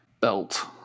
belt